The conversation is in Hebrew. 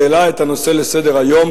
העלה את הנושא לסדר-היום,